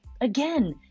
again